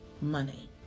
money